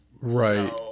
Right